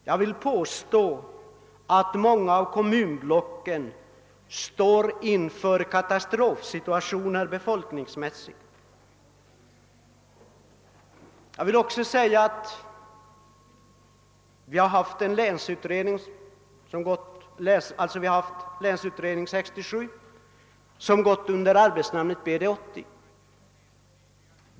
Jag vill påstå att många av kommunblocken står inför katastrofsituationer befolkningsmässigt. Vi har haft Länsutredning 67, som gått under arbetsnamnet BD 80.